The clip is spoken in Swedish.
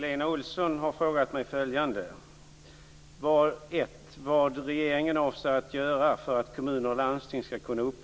Fru talman!